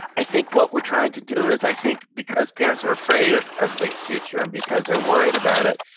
i think what we're trying to do is, i think because parents are afraid of of the future and because they're worried about it,